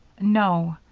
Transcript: no,